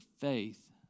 faith